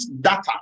data